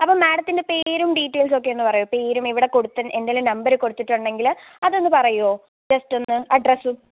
അപ്പോൾ മാഡത്തിൻ്റെ പേരും ഡീറ്റൈൽസുവൊക്കെ ഒന്നു പറയാമോ പേരും ഇവിടെ കൊടുത്ത എന്തെങ്കിലും നമ്പര് കൊടുത്തിട്ടുണ്ടെങ്കിൽ അതൊന്നു പറയോ ജെസ്റ്റോന്നു അഡ്രെസ്സ്